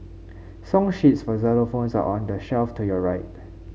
song sheets for xylophones are on the shelf to your right